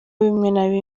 bimwe